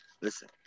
listen